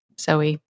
Zoe